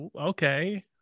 Okay